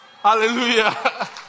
Hallelujah